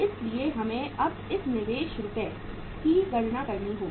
इसलिए हमें अब इस निवेश रुपए की गणना करनी होगी